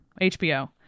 HBO